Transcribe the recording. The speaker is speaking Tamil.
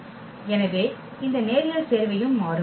எனவே இந்த நேரியல் சேர்வையும் மாறும்